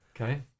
Okay